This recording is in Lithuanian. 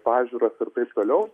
pažiūras ir taip toliau